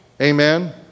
Amen